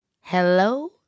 hello